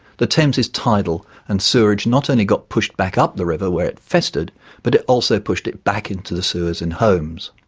the thames is tidal and sewerage not only got pushed back up the river where it festered but it also pushed it back into the sewers and homes.